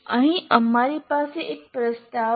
અહીં અમારી પાસે એક પ્રસ્તાવ છે